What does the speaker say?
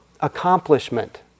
accomplishment